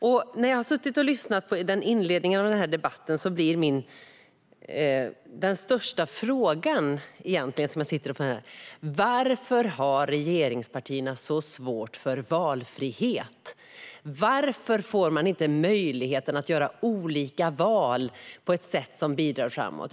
Efter att jag har suttit och lyssnat på inledningen av denna debatt är min fråga: Varför har regeringspartierna så svårt för valfrihet? Varför får man inte möjlighet att göra olika val på ett sätt som bidrar framåt?